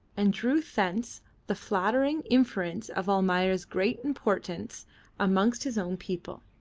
and drew thence the flattering inference of almayer's great importance amongst his own people.